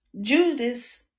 judas